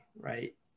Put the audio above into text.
right